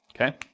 Okay